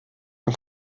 man